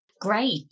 Great